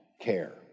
care